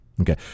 okay